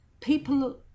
people